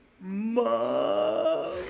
Mom